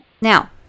Now